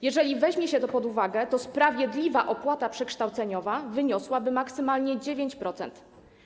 Jeżeli weźmie się to pod uwagę, to sprawiedliwa opłata przekształceniowa wyniesie maksymalnie 9%.